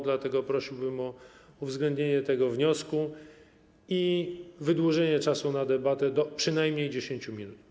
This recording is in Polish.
Dlatego prosiłbym o uwzględnienie tego wniosku i wydłużenie czasu na debatę do przynajmniej 10 minut.